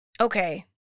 okay